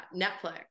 Netflix